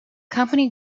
company